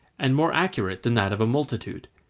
and more accurate than that of a multitude,